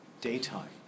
daytime